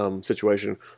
situation